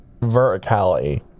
verticality